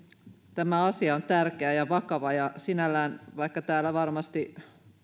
tämä asia on tärkeä ja vakava ja vaikka täällä sinällään varmasti